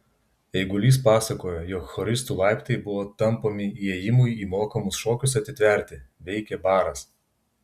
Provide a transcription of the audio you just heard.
eigulys pasakojo jog choristų laiptai buvo tampomi įėjimui į mokamus šokius atitverti veikė baras